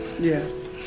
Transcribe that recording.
Yes